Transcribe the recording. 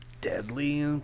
deadly